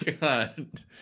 god